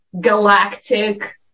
galactic